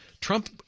Trump